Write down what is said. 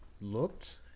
Looked